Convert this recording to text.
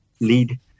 lead